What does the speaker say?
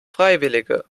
freiwillige